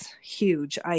huge